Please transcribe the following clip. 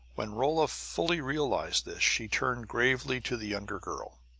when rolla fully realized this she turned gravely to the younger girl.